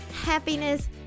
happiness